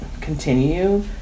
continue